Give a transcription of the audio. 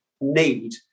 need